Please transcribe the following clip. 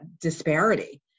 disparity